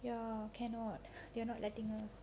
ya cannot they are not letting us